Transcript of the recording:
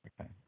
Okay